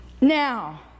Now